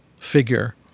figure